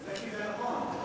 זה כי זה נכון.